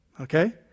Okay